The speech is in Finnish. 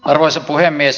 arvoisa puhemies